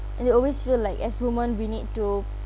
and they always feel like as women we need to